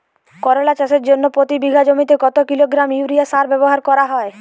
করলা চাষের জন্য প্রতি বিঘা জমিতে কত কিলোগ্রাম ইউরিয়া সার ব্যবহার করা হয়?